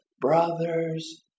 brothers